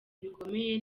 bikomeye